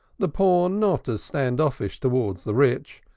the poor not stand-offish towards the rich,